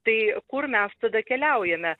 tai kur mes tada keliaujame